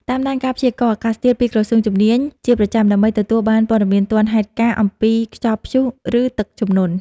តាមដានការព្យាករណ៍អាកាសធាតុពីក្រសួងជំនាញជាប្រចាំដើម្បីទទួលបានព័ត៌មានទាន់ហេតុការណ៍អំពីខ្យល់ព្យុះ ឬ ទឹកជំនន់។